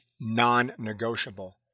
non-negotiable